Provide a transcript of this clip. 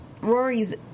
Rory's